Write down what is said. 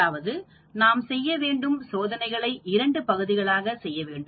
அதாவது நாம் செய்ய வேண்டும் சோதனைகளை இரண்டு பகுதிகளாக செய்ய வேண்டும்